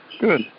Good